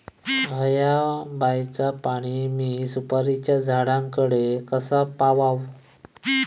हया बायचा पाणी मी सुपारीच्या झाडान कडे कसा पावाव?